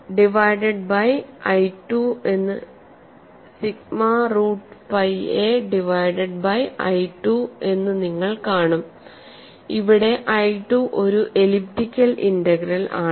divided by I 2 എന്ന് നിങ്ങൾ കാണും അവിടെ I 2 ഒരു എലിപ്റ്റിക്കൽ ഇന്റഗ്രൽ ആണ്